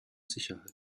sicherheit